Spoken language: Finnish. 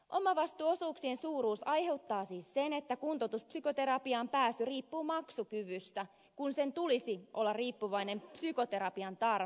omavastuuosuuksien suuruus aiheuttaa siis sen että kuntoutuspsykoterapiaan pääsy riippuu maksukyvystä kun sen tulisi olla riippuvainen psykoterapian tarpeesta